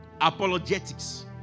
apologetics